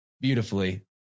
beautifully